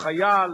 חייל,